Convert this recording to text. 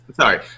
Sorry